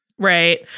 Right